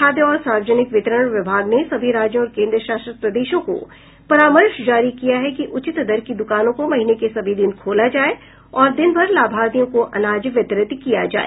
खाद्य और सार्वजनिक वितरण विभाग ने सभी राज्यों और केन्द्रशासित प्रदेशों को परामर्श जारी किया है कि उचित दर की दुकानों को महीने के सभी दिन खोला जाए और दिनभर लाभार्थियों को अनाज वितरित किया जाए